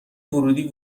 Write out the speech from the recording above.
ورودی